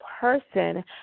person